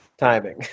Timing